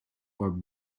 for